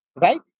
right